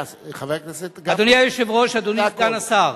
להקריא את השאילתא.